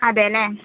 അതെ അല്ലേ